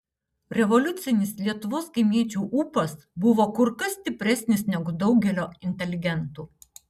revoliucinis lietuvos kaimiečių ūpas buvo kur kas stipresnis negu daugelio inteligentų